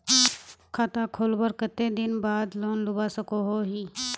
खाता खोलवार कते दिन बाद लोन लुबा सकोहो ही?